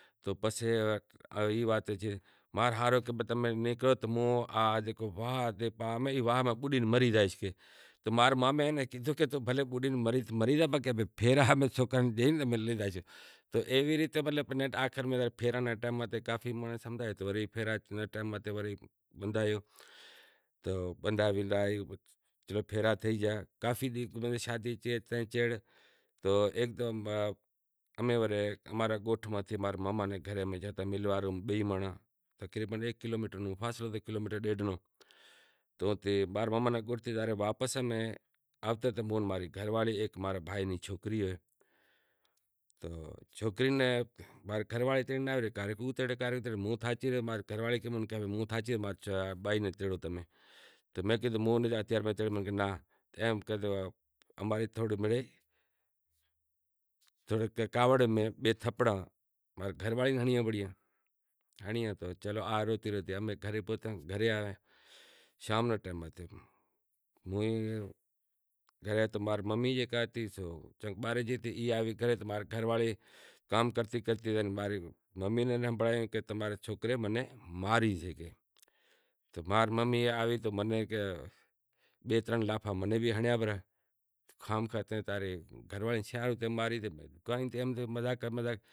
ماں رے ہاھرے ہاہرے کہیو کہ موں واہ میں کڈے مرے جائیس تو ماں رے مامے کیدہو توں بھلے بڈے مرے جا باقی پھیرا سوکرے ناں ڈے لئی زاشاں ایوی ریت پھیراں نی ٹیم متھے کافی مانڑاں منیں ہمزایو تو پھیراں نے ٹیم ماتھے تو پھیرا تھی گیا تو ایک تو امیں ورے اماں رے گوٹھ میں زائے بنی کری۔ چھوکری ناں تیڑے ہوں تیڑے گھری آیو اماں ری تھوڑی مڑیئی کاوڑ میں بئے تھپڑاں گھر واڑی ناں ہنڑی راکھیں، چلو ہاز شام نے ٹیم باہر ممی آوی تو شام نو کام کرے کرے گھرے ماں ری گھر واری ماں ری ممی نا ہنبھڑایو کہ تھاں رے سورے مناں ماری تو ماں ری ممی آوی تو بئے ترن لاپھا منیں بھی ہنڑیا پرہا۔